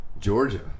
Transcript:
Georgia